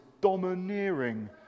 domineering